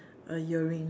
a earring